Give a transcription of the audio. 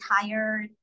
tired